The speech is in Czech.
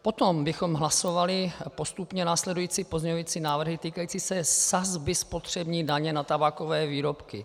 Potom bychom hlasovali postupně následující pozměňující návrhy týkající se sazby spotřební daně na tabákové výrobky.